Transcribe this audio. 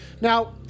now